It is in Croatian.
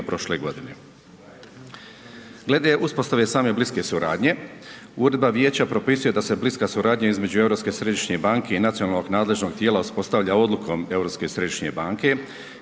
prošle godine. Glede uspostave same bliske suradnje, Uredba vijeća propisuje da se bliska suradnja između Europske središnje banke i nacionalnog nadležnog tijela uspostavlja odlukom